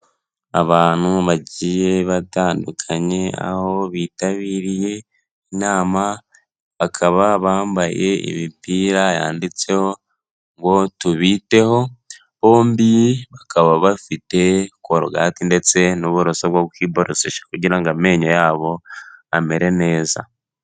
Abantu bagiye batandukanye, aho bitabiriye inama, bakaba bambaye imipira yanditseho ngo tubiteho bombi, bakaba bafite korogati ndetse n'uburoso bwo kwiboroshesha kugira ngo amenyo yabo amere neza.